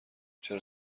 چرا